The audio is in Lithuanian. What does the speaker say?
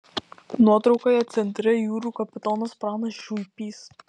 nuotraukoje centre jūrų kapitonas pranas šuipys